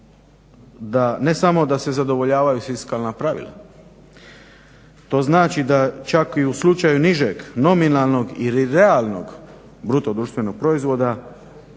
ne samo da se zadovoljavaju fiskalna pravila. To znači da čak i u slučaju nižeg nominalnog ili realnog bruto društvenog proizvoda